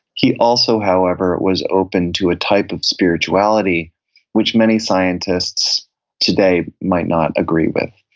he also, however, was open to a type of spirituality which many scientists today might not agree with,